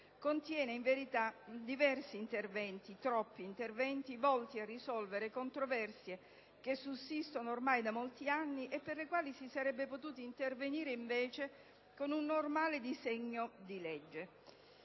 contiene in verità diversi interventi - troppi - volti a risolvere controversie che sussistono ormai da molti anni e per le quali si sarebbe potuto intervenire con un normale disegno di legge.